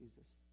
Jesus